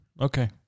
Okay